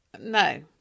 No